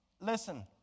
Listen